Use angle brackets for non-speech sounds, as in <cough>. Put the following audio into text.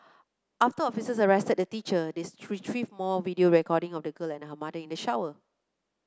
after officers arrested the teacher they <unintelligible> more video recording of the girl and her mother in the shower